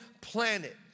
planet